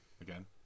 again